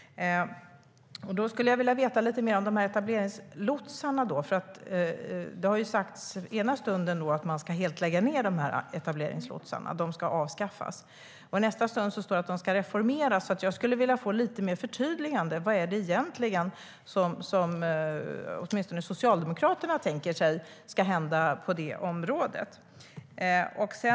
Jag skulle vilja veta lite mer om etableringslotsarna. Ena stunden har det sagts att man helt ska lägga ned etableringslotsarna. De ska avskaffas. I nästa stund står det att de ska reformeras. Jag skulle vilja få lite mer förtydligande. Vad är det egentligen som åtminstone Socialdemokraterna tänker sig ska hända på det området?